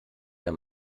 der